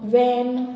van